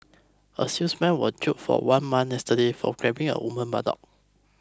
a salesman was jailed for one month yesterday for grabbing a woman's buttock